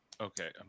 Okay